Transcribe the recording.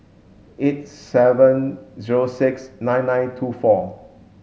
eight seven zero six nine nine two four